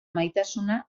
maitasuna